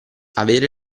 avere